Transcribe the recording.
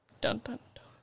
Dun-dun-dun